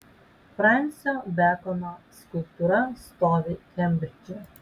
fransio bekono skulptūra stovi kembridže